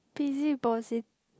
busy Bosy~